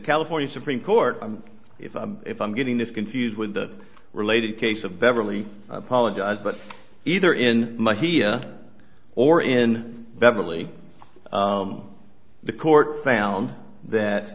california supreme court if i'm if i'm getting this confused with the related case of beverly apologize but either in my here or in beverly the court found that